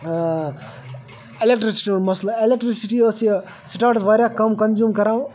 electricity ہُنٛد مسلہٕ electricity ٲس یہِ سٹاٹَس واریاہ کم کَنزیٖوٗم کَران